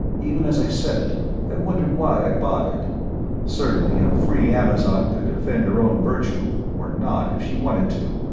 even as i said it i wondered why i bothered certainly a free amazon could defend her own virtue, or not, if she wanted to,